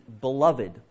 Beloved